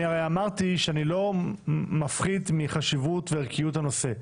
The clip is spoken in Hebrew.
אני אמרתי שאני לא מפחית מחשיבות וערכיות הנושא,